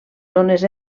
zones